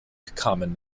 common